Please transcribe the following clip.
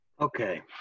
Okay